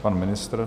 Pan ministr.